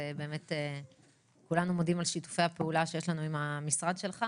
ובאמת כולנו מודים על שיתופי הפעולה שיש לנו עם המשרד שלך.